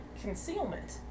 concealment